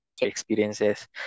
experiences